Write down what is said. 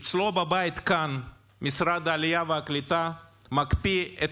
אצלו בבית כאן משרד העלייה והקליטה מקפיא את